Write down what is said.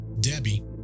Debbie